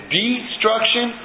destruction